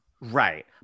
Right